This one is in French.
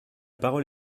parole